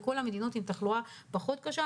וכל המדינות היו עם תחלואה פחות קשה,